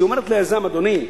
היא אומרת ליזם: אדוני,